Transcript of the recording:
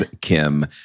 Kim